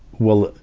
well,